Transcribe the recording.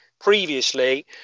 previously